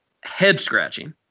head-scratching